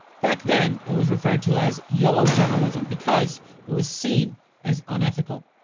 back then, it was referred to as yellow journalism because it was seen as unethical.